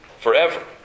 forever